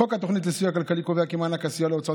חוק התוכנית לסיוע כלכלי קובע כי מענק הסיוע להוצאות